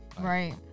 Right